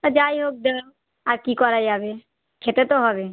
আচ্ছা যাই হোক দাও আর কী করা যাবে খেতে তো হবে